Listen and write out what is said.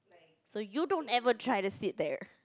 so you don't ever try to sit there